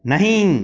नहीं